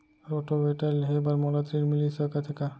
Rotavator लेहे बर मोला ऋण मिलिस सकत हे का?